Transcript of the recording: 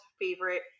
favorite